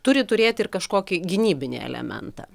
turi turėt ir kažkokį gynybinį elementą